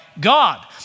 God